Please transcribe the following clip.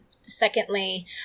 secondly